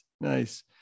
Nice